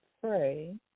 pray